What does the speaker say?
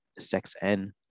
SexN